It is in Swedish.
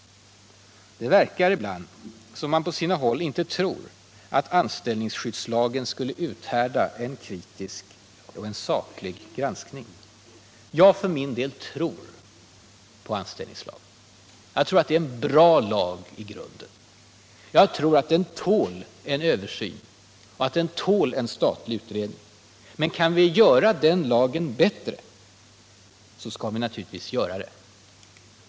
Det verkar ibland som om man på sina håll inte trodde att anställningsskyddslagen skulle uthärda en kritisk och saklig granskning. Jag för min del tror på anställningsskyddslagen. Jag tror att det i grunden är en bra lag. Jag tror att den tål en översyn av en statlig utredning. Men kan vi göra den lagen bättre skall vi naturligtvis göra det.